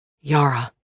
Yara